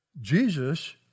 Jesus